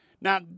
Now